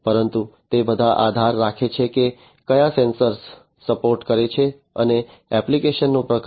પરંતુ તે બધા આધાર રાખે છે કે કયા સેન્સર સપોર્ટ કરે છે અને એપ્લિકેશનનો પ્રકાર